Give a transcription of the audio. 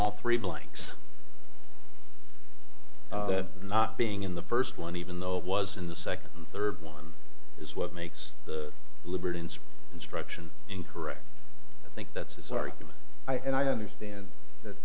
all three blanks not being in the first one even though it was in the second and third one is what makes the liberty construction incorrect i think that's his argument and i understand that